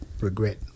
regret